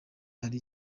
hari